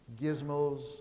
gizmos